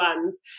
ones